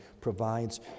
provides